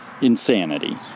Insanity